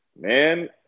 Man